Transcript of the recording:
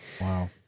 Wow